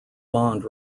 bond